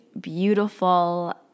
beautiful